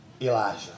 Elijah